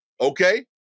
okay